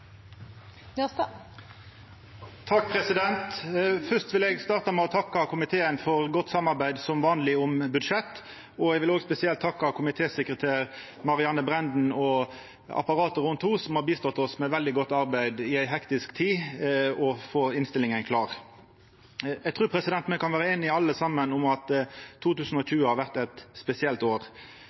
vil eg starta med å takka komiteen for godt samarbeid, som vanleg, om budsjettet, og eg vil spesielt takka komitésekretæren, Marianne Brænden, og apparatet rundt henne, som i ei hektisk tid har hjelpt oss med veldig godt arbeid for å få innstillinga klar. Eg trur me alle kan vera einige om at 2020 har vore eit spesielt år.